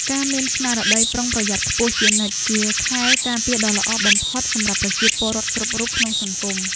ការមានស្មារតីប្រុងប្រយ័ត្នខ្ពស់ជានិច្ចជាខែលការពារដ៏ល្អបំផុតសម្រាប់ប្រជាពលរដ្ឋគ្រប់រូបក្នុងសង្គម។